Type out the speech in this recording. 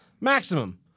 Maximum